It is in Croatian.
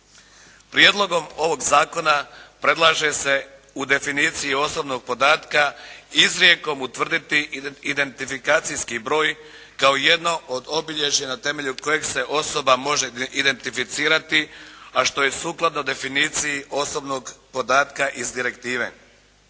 Prijedlogom ovog zakona predlaže se u definiciji osobnog podatka izrijekom utvrditi identifikacijski broj kao jedno od obilježja na temelju kojeg se osoba može identificirati a što je sukladno definiciji osobnog podatka iz direktive.